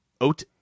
oat